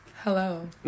Hello